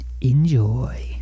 Enjoy